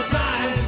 time